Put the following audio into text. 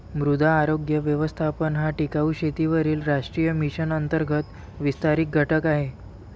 मृदा आरोग्य व्यवस्थापन हा टिकाऊ शेतीवरील राष्ट्रीय मिशन अंतर्गत विस्तारित घटक आहे